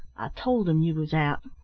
i told im you was out,